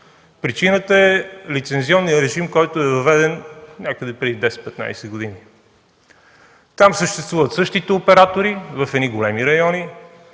Причината е лицензионният режим, който е въведен преди 10 15 години. Там съществуват същите оператори в едни големи райони,